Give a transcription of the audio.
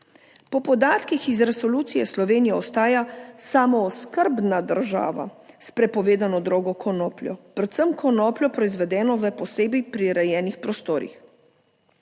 Po podatkih iz resolucije Slovenija ostaja samooskrbna država s prepovedano drogo konopljo, predvsem konopljo proizvedeno v posebej prirejenih prostorih.